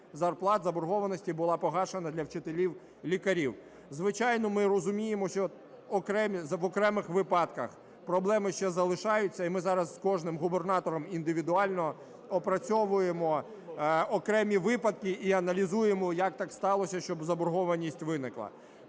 зарплат заборгованості була погашена для вчителів і лікарів. Звичайно, ми розуміємо, що в окремих випадках проблеми ще залишаються, і ми зараз з кожним губернатором індивідуально опрацьовуємо окремі випадки і аналізуємо, як так сталося, що заборгованість виникла.